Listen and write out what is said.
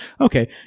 Okay